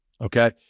Okay